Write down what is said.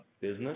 business